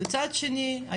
מצד שני,